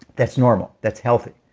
that's normal. that's healthy.